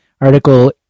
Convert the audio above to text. article